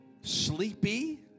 sleepy